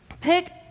pick